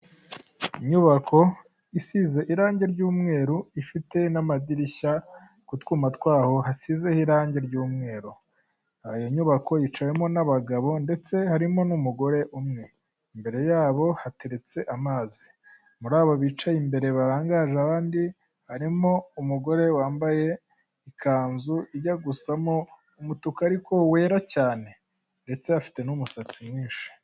Inyubako isize irangi ry'umweru, ifite n'amadirishya k’utwuma twaho hasizeho irangi ry'umweru, iyo nyubako yicayemo n'abagabo ndetse harimo n'umugore umwe. Imbere yabo hateretse amazi, mur’abo bicaye imbere barangaje abandi harimo umugore wambaye ikanzu ijya gusamo umutuku ariko wera cyane, ndetse afite n'umusatsi mwinshi.